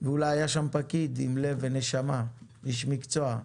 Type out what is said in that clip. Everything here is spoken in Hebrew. ואולי היה שם פקיד עם לב ונשמה, איש מקצוע,